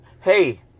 hey